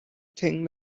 thing